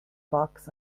box